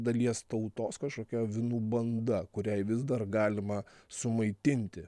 dalies tautos kažkokia avinų banda kuriai vis dar galima sumaitinti